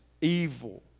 evil